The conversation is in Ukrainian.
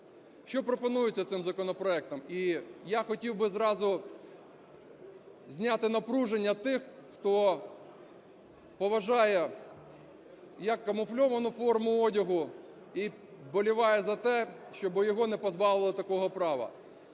Що пропонується цим законопроектом? І я хотів би зразу зняти напруження тих, хто поважає як камуфльовану форму одягу і вболіває за те, щоб його не позбавили такого права.